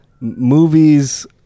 movies